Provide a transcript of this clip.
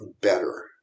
better